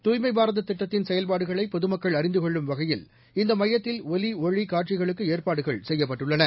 தூய்மைபாரததிட்டத்தின் செயல்பாடுகளைபொதுமக்கள் அறிந்துகொள்ளும் வகையில் இந்தமையத்தில் ஒலிஒளிகாட்சிகளுக்குஏற்பாடுகள் செய்யப்பட்டுள்ளன